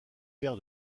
père